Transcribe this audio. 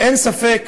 אין ספק,